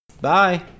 Bye